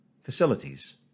facilities